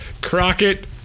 Crockett